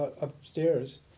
upstairs